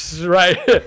Right